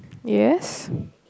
yes